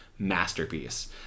masterpiece